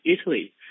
Italy